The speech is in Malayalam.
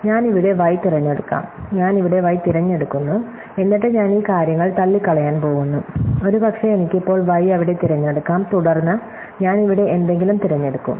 ഞാൻ ഇവിടെ y തിരഞ്ഞെടുക്കാം ഞാൻ ഇവിടെ y തിരഞ്ഞെടുക്കുന്നു എന്നിട്ട് ഞാൻ ഈ കാര്യങ്ങൾ തള്ളിക്കളയാൻ പോകുന്നു ഒരുപക്ഷേ എനിക്ക് ഇപ്പോൾ y അവിടെ തിരഞ്ഞെടുക്കാം തുടർന്ന് ഞാൻ ഇവിടെ എന്തെങ്കിലും തിരഞ്ഞെടുക്കും